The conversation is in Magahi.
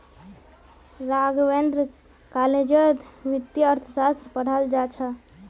राघवेंद्र कॉलेजत वित्तीय अर्थशास्त्र पढ़ाल जा छ